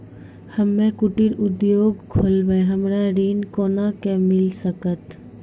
हम्मे कुटीर उद्योग खोलबै हमरा ऋण कोना के मिल सकत?